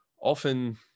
often